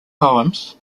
poems